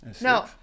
No